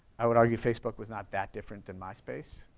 i would argue facebook was not that different than myspace,